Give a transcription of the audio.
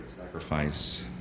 sacrifice